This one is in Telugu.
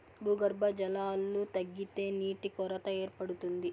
భూగర్భ జలాలు తగ్గితే నీటి కొరత ఏర్పడుతుంది